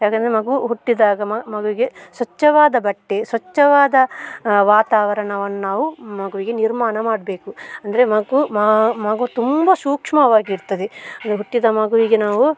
ಯಾಕೆಂದರೆ ಮಗು ಹುಟ್ಟಿದಾಗ ಮಗುವಿಗೆ ಸ್ವಚ್ಛವಾದ ಬಟ್ಟೆ ಸ್ವಚ್ಛವಾದ ವಾತಾವರಣವನ್ನು ನಾವು ಮಗುವಿಗೆ ನಿರ್ಮಾಣ ಮಾಡಬೇಕು ಅಂದರೆ ಮಗು ಮಗು ತುಂಬ ಸೂಕ್ಷ್ಮವಾಗಿರ್ತದೆ ಇನ್ನು ಹುಟ್ಟಿದ ಮಗುವಿಗೆ ನಾವು